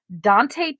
Dante